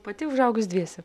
pati užaugus dviese